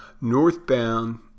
Northbound